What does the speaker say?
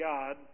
God